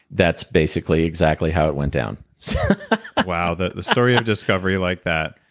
that's basically exactly how it went down wow. the the story of discovery like that.